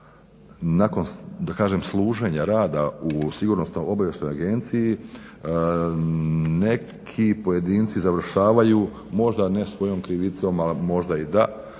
kažem služenja rada u sigurnosno obavještajnoj agenciji neki pojedinci završavaju možda ne svojom krivicom a možda i da,